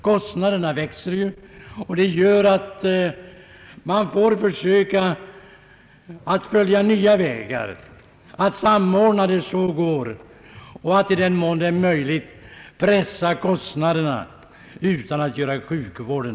Kostnaderna stiger, vilket gör att man får försöka följa nya vägar, att samordna så gott det går samt att i den mån det är möjligt pressa kostnaderna utan att försämra sjukvården.